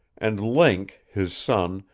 and link, his son,